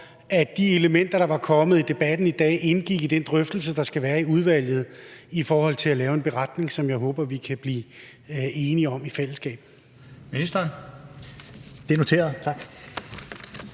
at de elementer, der var kommet i debatten i dag, indgik i den drøftelse, der skal være i udvalget i forhold til at lave en beretning, som jeg håber vi kan blive enige om i fællesskab.